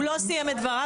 הוא לא סיים את דבריו.